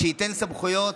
שייתן סמכויות,